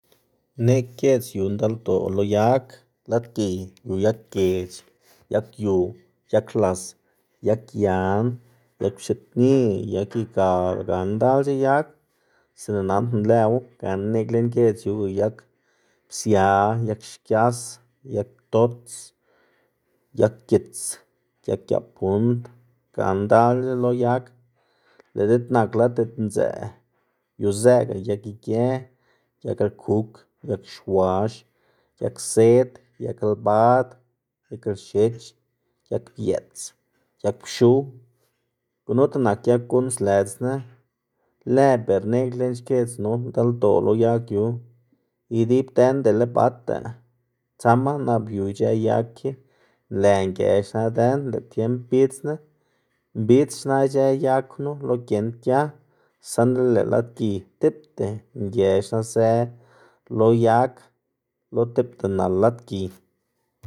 neꞌg giedz yu ndaldoꞌ lo yag, lad giy yu: yag geꞌc̲h̲, yag yu, yag las, yag yan, yag pxiꞌdni, yag igual gana ndalc̲h̲a yag sinda nandná lëwu. Gana neꞌg lën giedz yuga: yag psia, yag xkias, yag ptots, yag gits, yag giaꞌ pund gana ndalc̲h̲a lo yag. Lëꞌ diꞌt nak lad diꞌt ndzëꞌ yuzëꞌga: yag ige, yag lkuk, yag xwax, yag zëd, yag lbad, yag lxech, yag bieꞌts, yag pxuw. Gunuta nak yag guꞌn slëdzná lë ber neꞌg lën xkiedznu ndaldoꞌ lo yag yu, idib dën dele tsama nap yu ic̲h̲ë yag ki nlë nge xna dën lëꞌ tiemb bidzna mbidz xna ic̲h̲ë yag knu lo giend gia saꞌnda lëꞌ lad giy tipta xge xnazë lo yag lo tipta nal lad giy